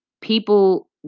people